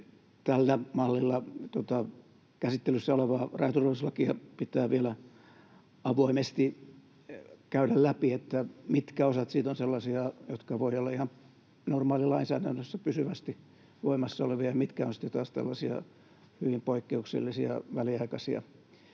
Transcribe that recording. Tällä mallilla käsittelyssä olevaa rajaturvallisuuslakia pitää vielä avoimesti käydä läpi: mitkä osat siitä ovat sellaisia, jotka voivat olla ihan normaalilainsäädännössä pysyvästi voimassa olevia, ja mitkä ovat sitten taas tällaisia hyvin poikkeuksellisia, väliaikaisia